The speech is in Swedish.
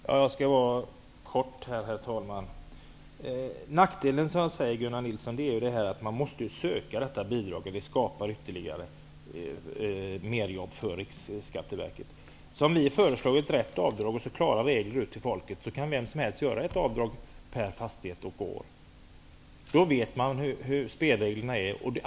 Herr talman! Jag skall fatta mig kort. Nackdelen, Gunnar Nilsson, är att man måste söka detta bidrag. Det skapar merjobb för Riksskatteverket. Ny demokrati har föreslagit ett avdrag och klara regler ut till folket, så att vem som helst kan göra ett avdrag per fastighet och år. Då vet man hur spelreglerna är.